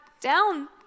down